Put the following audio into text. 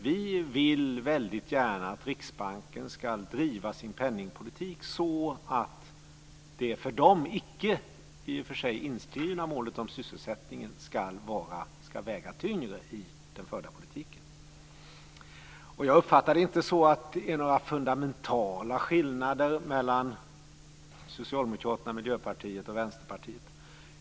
Vi vill väldigt gärna att Riksbanken ska driva sin penningpolitik så att det för Riksbanken i och för sig icke inskrivna målet om sysselsättning ska väga tyngre i den förda politiken. Jag uppfattade det inte så att det är några fundamentala skillnader mellan Socialdemokraterna, Miljöpartiet och Vänsterpartiet.